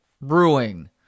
brewing